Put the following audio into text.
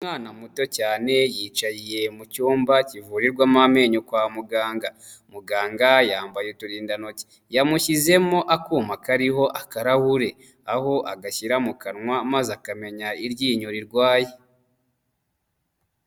Umwana muto cyane, yicaye mu cyumba kivurirwamo amenyo kwa muganga, muganga yambaye uturindantoki. Yamushyizemo akuma kariho akarahuri, aho agashyira mu kanwa, maze akamenya iryinyo rirwaye.